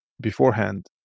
beforehand